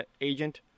agent